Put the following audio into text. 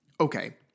Okay